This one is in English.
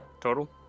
Total